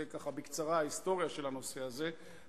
זה ככה בקצרה ההיסטוריה של הנושא הזה,